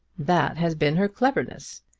that has been her cleverness.